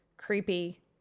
creepy